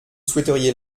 souhaiteriez